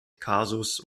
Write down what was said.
kasus